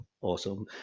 awesome